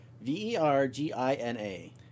V-E-R-G-I-N-A